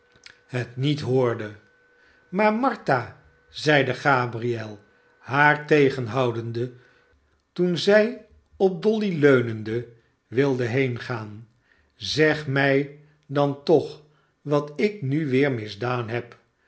rudge niet hoorde i maar martha zeide gabriel haar tegenhoudende toen zij op dolly leunende wilde heengaan zeg mij dan toch wat ik nu weer misdaan heb